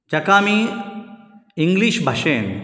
जाका आमी इंग्लीश भाशेंत